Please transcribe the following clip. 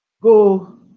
Go